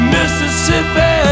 Mississippi